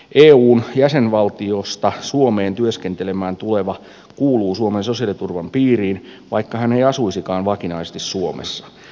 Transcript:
eun jäsenvaltiosta suomeen työskentelemään tuleva kuuluu suomen sosiaaliturvan piiriin vaikka hän ei asuisikaan vakinaisesti suomessa